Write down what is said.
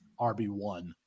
RB1